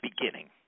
beginning